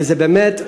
וזה באמת,